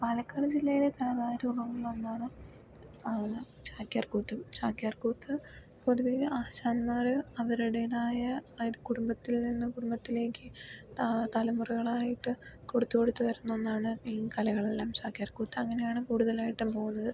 പാലക്കാട് ജില്ലയിലെ കലാരൂപം എന്ന് പറഞ്ഞാൽ അത് ചാക്യാർകൂത്ത് ചാക്യാർകൂത്ത് പൊതുവെ ആശാന്മാര് അവരുടേതായ ആ ഒരു കുടുംബത്തിൽ നിന്നും കുടുംബത്തിലേക്ക് തലമുറകളായിട്ട് കൊടുത്ത് കൊടുത്ത് വരുന്ന ഒന്നാണ് ഈ കലകളെല്ലാം ചാക്യാർകൂത്ത് അങ്ങനെയാണ് കൂടുതലായിട്ടും പോകുന്നത്